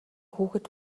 хүүхэд